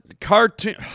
Cartoon